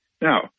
Now